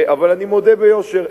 אבל אני מודה ביושר,